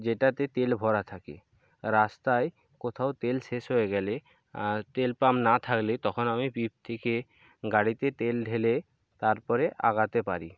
যেটাতে তেল ভরা থাকে রাস্তায় কোথাও তেল শেষ হয়ে গেলে তেল পাম্প না থাকলে তখন আমি পি পি থেকে গাড়িতে তেল ঢেলে তার পরে এগোতে পারি